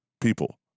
people